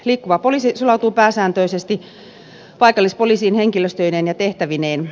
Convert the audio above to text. liikkuva poliisi sulautuu pääsääntöisesti paikallispoliisiin henkilöstöineen ja tehtävineen